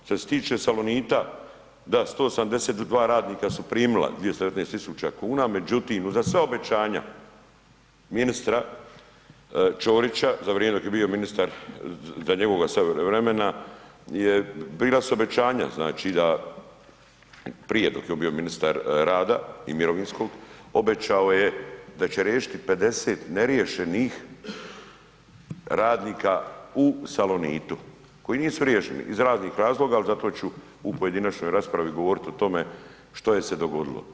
Što se tiče Salonita, da, 172 radnika su primila 219 tisuća kuna, međutim, za sva obećanja ministra Čorića za vrijeme dok je bio ministar, za njegova vremena bila su obećanja, znači da prije, tok je on bio ministar rada i mirovinskog, obećao je da će riješiti 50 neriješenih radnika u Salonitu koji nisu riješeni iz raznih razloga, ali zato ću u pojedinačnoj raspravi govoriti o tome što je se dogodilo.